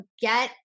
get